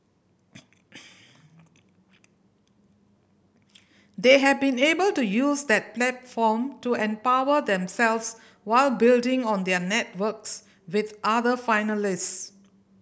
they have been able to use that platform to empower themselves while building on their networks with other finalist